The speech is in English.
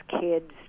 kids